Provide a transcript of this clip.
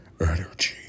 energy